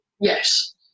Yes